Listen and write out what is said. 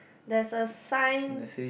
there's a sign